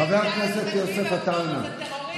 חבר הכנסת יוסף עטאונה,